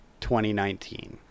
2019